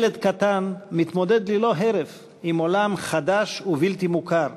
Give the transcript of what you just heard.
ילד קטן מתמודד ללא הרף עם עולם חדש ובלתי מוכר,